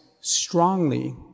strongly